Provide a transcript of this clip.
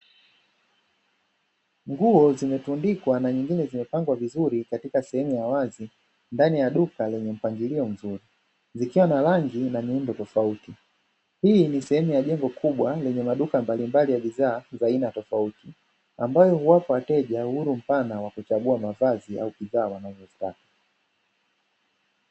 Nguo zimetundikwa na nyingine zimepangwa vizuri katika sehemu ya wazi ndani ya duka lenye mpangilio mzuri, zikiwa na rangi na nyimbo tofauti hii ni sehemu ya jengo kubwa lenye maduka mbalimbali ya bidhaa za aina tofauti, ambayo huwapa wateja uhuru mpana wa kuchagua mavazi au bidhaa wanazozitaka.